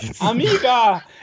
Amiga